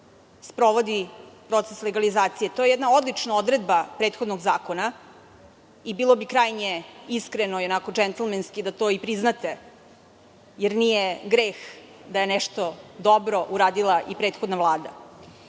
sprovodi proces legalizacije. To je jedna odlična odredba prethodnog zakona. Bilo bi krajnje iskreno i onako džentlmenski da to i priznate, jer nije greh da je nešto dobro uradila i prethodna